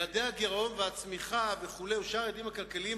יעדי הגירעון והצמיחה ושאר היעדים הכלכליים,